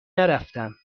نرفتم